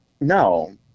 No